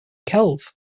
celf